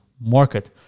market